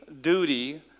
duty